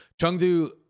Chengdu